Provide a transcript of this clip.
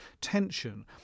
tension